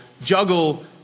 juggle